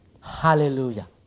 Hallelujah